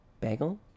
Bagel